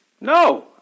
No